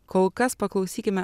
kol kas paklausykime